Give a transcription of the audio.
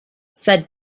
said